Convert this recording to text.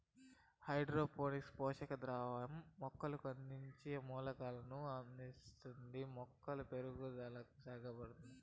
hydroponics పోషక ద్రావణం మొక్కకు అవసరమైన మూలకాలను అందించి మొక్క పెరుగుదలకు సహాయపడుతాది